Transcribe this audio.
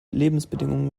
lebensbedingungen